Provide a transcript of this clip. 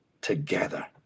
together